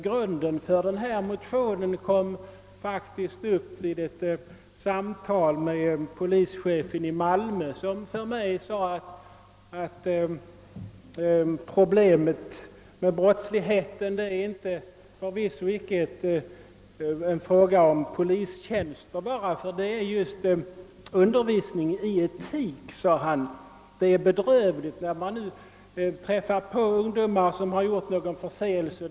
Grunden för motionen lades faktiskt vid ett samtal med polischefen i Malmö, som till mig sade att brottslighetens problem förvisso icke kan lösas bara genom att man inrättar nya polistjänster, utan att vad som behövs är undervisning i etik. Det är bedrövligt att möta ungdomar som har gjort sig skyldiga till någon förseelse och finna att de saknar etisk grundval.